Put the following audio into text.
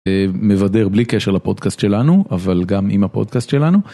מבדר, בלי קשר לפודקאסט שלנו, אבל גם עם הפודקאסט שלנו.